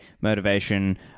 motivation